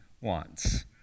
wants